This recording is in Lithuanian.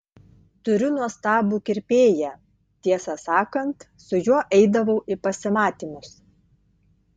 turiu nuostabų kirpėją tiesą sakant su juo eidavau į pasimatymus